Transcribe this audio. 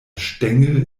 stängel